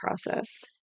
process